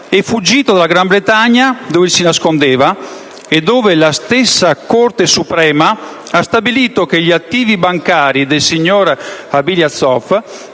fuggito dalla Gran Bretagna, dove si nascondeva, e dove la stessa Corte suprema ha stabilito che gli attivi bancari del signor Ablyazov,